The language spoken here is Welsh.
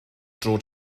droed